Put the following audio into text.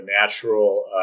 natural